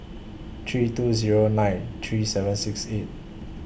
three two Zero nine three seven six eight